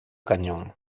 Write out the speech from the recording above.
cañón